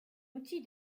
outil